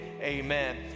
Amen